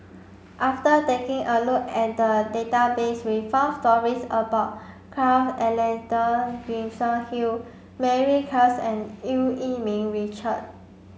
after taking a look at database we found stories about Carl Alexander Gibson Hill Mary Klass and Eu Yee Ming Richard